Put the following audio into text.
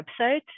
website